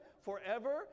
forever